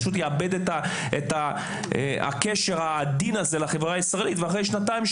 פשוט יאבד את הקשר העדין הזה לחברה הישראלית ואחרי שנתיים,